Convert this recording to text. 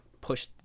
push